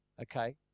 Okay